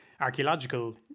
archaeological